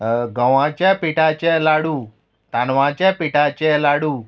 गोवाच्या पिठाचे लाडू तांदळाच्या पिठाचे लाडू